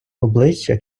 обличчя